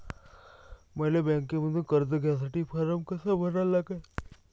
मले बँकेमंधून कर्ज घ्यासाठी फारम कसा भरा लागन?